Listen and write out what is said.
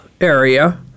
area